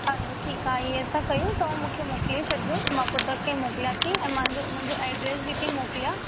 हलो ठीकु आहे इअं था कयूं तव्हां मूंखे मोकिले छॾिजो मां पोइ तव्हांखे मोकिलियां थी ऐं मांजो मुंहिंजो एड्रेस बि थी मोकिलियां